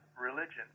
religion